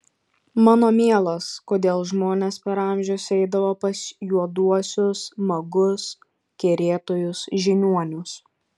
mano mielas kodėl žmonės per amžius eidavo pas juoduosius magus kerėtojus žiniuonius